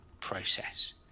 process